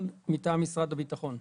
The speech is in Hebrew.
משרד הביטחון.